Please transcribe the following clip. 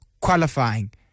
qualifying